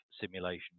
simulation